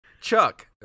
Chuck